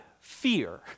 fear